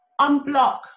unblock